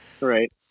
right